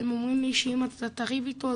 שאם אתה תריב אתו,